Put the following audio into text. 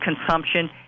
consumption